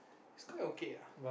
it's quite okay ah